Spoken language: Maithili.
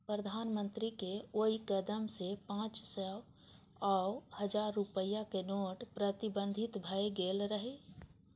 प्रधानमंत्रीक ओइ कदम सं पांच सय आ हजार रुपैया के नोट प्रतिबंधित भए गेल रहै